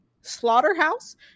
slaughterhouse